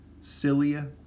cilia